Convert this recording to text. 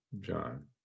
John